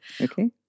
Okay